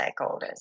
stakeholders